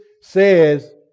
says